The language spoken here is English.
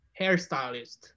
hairstylist